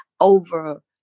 over